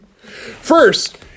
First